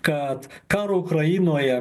kad karo ukrainoje